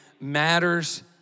matters